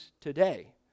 today